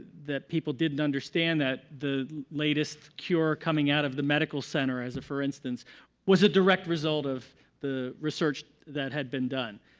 that people didn't understand that the latest cure coming out of the medical center as a for instance was a direct result of the research that had been done.